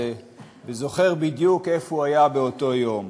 ולא זוכר בדיוק איפה הוא היה באותו יום.